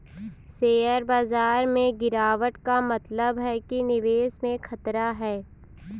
share बाजार में गिराबट का मतलब है कि निवेश में खतरा है